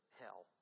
hell